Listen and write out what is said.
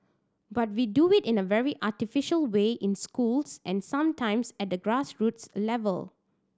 but we do it in a very artificial way in schools and sometimes at the grassroots level